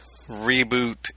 reboot